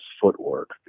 footwork